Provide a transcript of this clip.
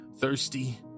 thirsty